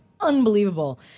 unbelievable